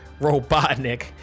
robotnik